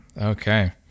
Okay